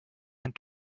and